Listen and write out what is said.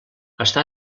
està